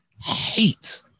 hate